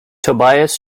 tobias